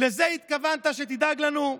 לזה התכוונת שתדאג לנו?